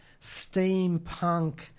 steampunk